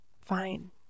fine